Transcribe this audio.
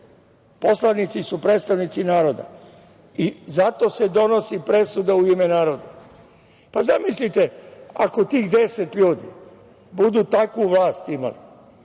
poslanici su predstavnici naroda i zato se donosi presuda u ime naroda. Zamislite ako tih 10 ljudi budu takvu vlast imali,